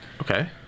Okay